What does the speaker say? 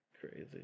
Crazy